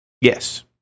Yes